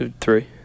Three